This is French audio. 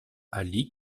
ali